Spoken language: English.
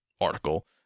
article